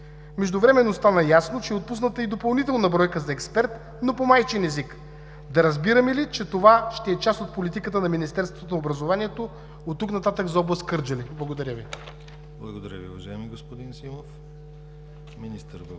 Междувременно стана ясно, че е отпусната и допълнителна бройка за експерт, но по майчин език. Да разбираме ли, че това ще е част от политиката на Министерството на образованието от тук нататък за област Кърджали? Благодаря Ви. ПРЕДСЕДАТЕЛ ДИМИТЪР ГЛАВЧЕВ: Благодаря Ви, уважаеми господин Симов. Министър Вълчев,